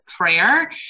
prayer